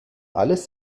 alles